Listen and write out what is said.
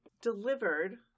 delivered